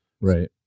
Right